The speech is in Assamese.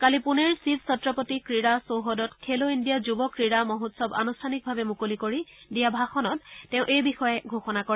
কালি পুনেৰ শিৱ ছত্ৰপতি ক্ৰীড়া চৌহদত খেলো ইণ্ডিয়া যুৱ ক্ৰীড়া মহোৎসৱ আনুষ্ঠানিকভাৱে মুকলি কৰি দিয়া ভাষণত তেওঁ এই বিষয়ে ঘোষণা কৰে